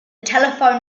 telephone